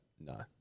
No